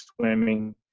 swimming